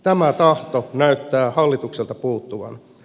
tämä tahto näyttää hallitukselta puuttuvan